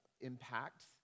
impact